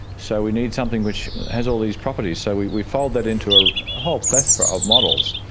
so we need something which has all these properties. so we we fold that into a whole plethora of models,